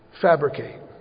fabricate